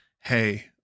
hey